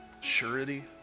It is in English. surety